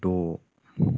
द'